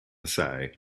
say